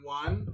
one